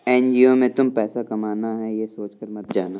NGO में तुम पैसा कमाना है, ये सोचकर मत जाना